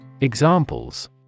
Examples